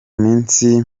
munsi